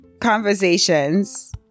conversations